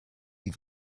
wie